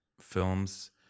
films